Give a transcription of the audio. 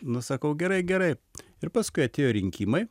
nu sakau gerai gerai ir paskui atėjo rinkimai